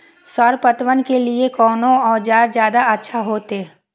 Sir पटवन के लीऐ कोन औजार ज्यादा अच्छा होते?